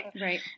Right